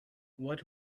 what